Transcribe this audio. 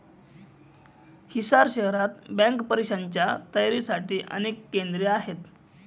हिसार शहरात बँक परीक्षांच्या तयारीसाठी अनेक केंद्रे आहेत